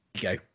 go